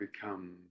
become